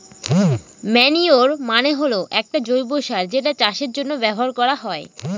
manure মানে হল এক জৈব সার যেটা চাষের জন্য ব্যবহার করা হয়